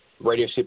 radio